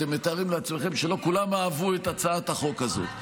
אתם מתארים לעצמכם שלא כולם אהבו את הצעת החוק הזו.